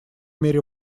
мере